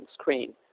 screen